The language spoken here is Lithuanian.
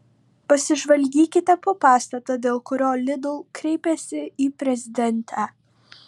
pasižvalgykite po pastatą dėl kurio lidl kreipėsi į prezidentę